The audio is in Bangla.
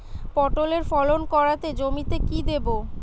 পটলের ফলন কাড়াতে জমিতে কি দেবো?